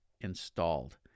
installed